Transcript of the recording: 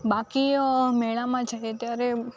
બાકી મેળામાં જાઈએ ત્યારે